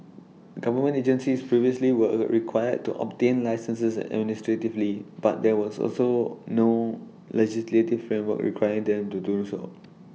government agencies previously were required to obtain licences administratively but there was also no legislative different work requiring them to do so